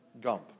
Gump